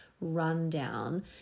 rundown